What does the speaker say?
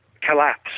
collapse